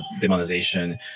demonization